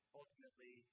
ultimately